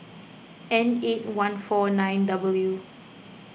N eight one four nine W